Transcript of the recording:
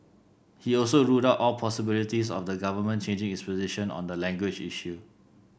he also ruled out all possibilities of the Government changing its position on the language issue